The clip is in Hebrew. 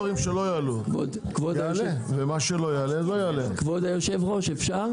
כבוד היושב-ראש, אפשר?